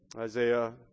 isaiah